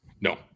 No